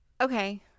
Okay